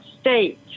state